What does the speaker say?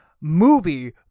movie